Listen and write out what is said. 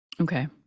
Okay